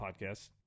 podcasts